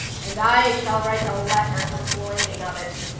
and i shall write a letter complaining of it.